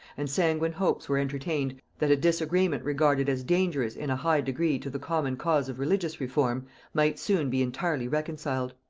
and sanguine hopes were entertained that a disagreement regarded as dangerous in a high degree to the common cause of religious reform might soon be entirely reconciled.